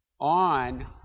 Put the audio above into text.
on